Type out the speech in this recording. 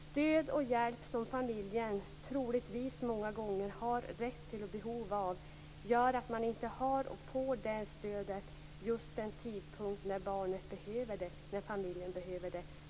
Stöd och hjälp som familjen troligtvis många gånger har rätt till får man inte vid just den tidpunkt när barnet och familjen behöver det.